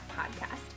podcast